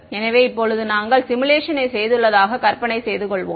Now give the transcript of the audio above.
எனவே இப்போது நாங்கள் சிமுலேஷனை செய்துள்ளதாக கற்பனை செய்துகொள்ளுங்கள்